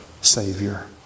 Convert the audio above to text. Savior